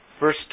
verse